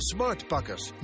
SmartPakkers